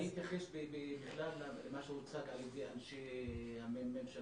אני אתייחס בכלל למה שהוצג על ידי אנשי הממ"מ של